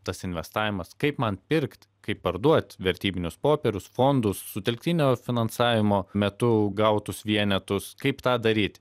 tas investavimas kaip man pirkt kaip parduot vertybinius popierius fondus sutelktinio finansavimo metu gautus vienetus kaip tą daryt